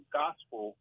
gospel